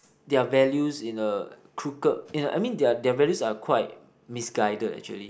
their values in a crooked in a I mean their their values are quite misguided actually